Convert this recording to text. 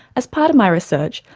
as part of my research,